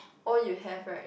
all you have right